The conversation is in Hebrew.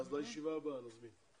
אז בישיבה הבאה נזמין.